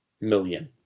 million